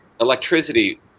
electricity